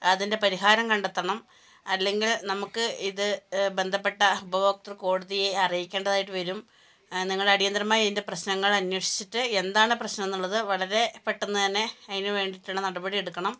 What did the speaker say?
അതിൻ്റെ പരിഹാരം കണ്ടെത്തണം അല്ലെങ്കിൽ നമുക്ക് ഇത് ബന്ധപ്പെട്ട ഉഭഭോക്തൃ കോടതിയേ അറിയിക്കേണ്ടതായിട്ട് വരും നിങ്ങൾ അടിയന്തരമായി അതിൻ്റെ പ്രശ്നങ്ങൾ അന്വേഷിച്ചിട്ട് എന്താണ് പ്രശ്നം എന്നുള്ളത് വളരെ പെട്ടന്ന് തന്നെ അതിന് വേണ്ടീട്ട്ള്ള നടപടി എടുക്കണം